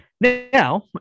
Now